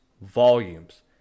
volumes